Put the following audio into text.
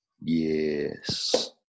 Yes